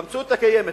במציאות הקיימת,